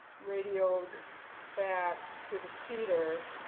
radioed back to the cedar,